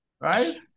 right